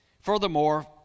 Furthermore